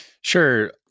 Sure